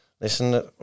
Listen